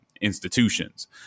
institutions